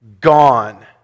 Gone